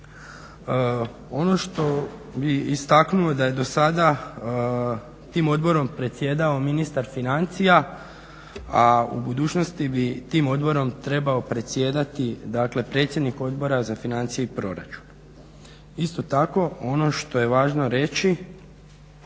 Ono što bih istaknuo da je do sada tim odborom predsjedao ministar financija, a u budućnosti bi tim odborom trebao predsjedati, dakle predsjednik Odbora za financije i proračun. Isto tako, ono što je važno reći